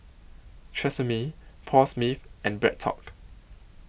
Tresemme Paul Smith and BreadTalk